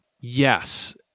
Yes